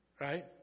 right